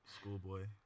Schoolboy